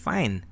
Fine